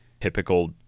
typical